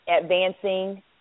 advancing